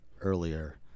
earlier